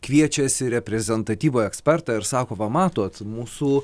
kviečiasi reprezentatyvų ekspertą ir sako va matot mūsų